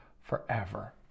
forever